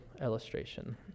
illustration